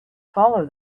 follow